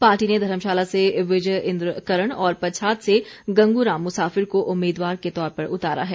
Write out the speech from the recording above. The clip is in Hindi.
पार्टी ने धर्मशाला से विजय इंद्र करण और पच्छाद से गंगू राम मुसाफिर को उम्मीदवार के तौर पर उतारा है